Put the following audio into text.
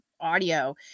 audio